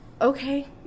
Okay